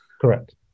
correct